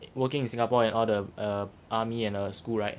working in singapore and all the err army and the school right